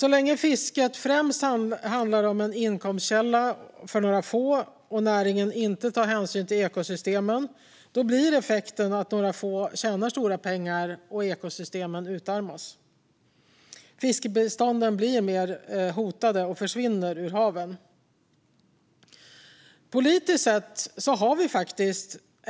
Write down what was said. Så länge fisket främst handlar om en inkomstkälla för några få och näringen inte tar hänsyn till ekosystemen blir effekten att några få tjänar stora pengar och att ekosystemen utarmas. Fiskbestånden blir mer hotade och försvinner ur haven.